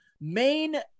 main